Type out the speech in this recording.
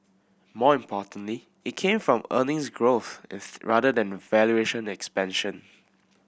more importantly it came from earnings growth is rather than valuation expansion